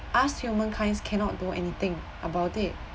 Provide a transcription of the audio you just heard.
us humankind's cannot do anything about it